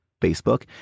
Facebook